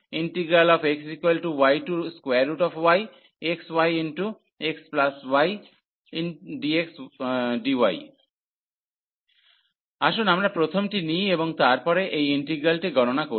y01xyyxyxydxdy আসুন আমরা প্রথমটি নিই এবং তারপরে এই ইন্টিগ্রালটি গণনা করি